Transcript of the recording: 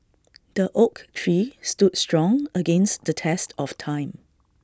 the oak tree stood strong against the test of time